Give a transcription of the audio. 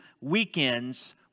weekends